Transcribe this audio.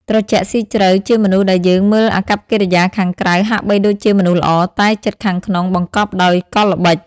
ត្រជាក់ស៊ីជ្រៅ ជាមនុស្សដែលយើងមើលអាកប្បកិរិយាខាងក្រៅហាក់បីដូចជាមនុស្សល្អ តែចិត្តខាងក្នុងបង្កប់ដោយកលល្បិច។